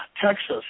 Texas